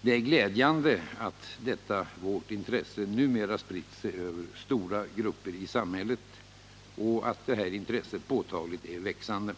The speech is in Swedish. Det är glädjande att detta vårt intresse numera spritt sig över stora grupper i samhället och att det är påtagligt växande.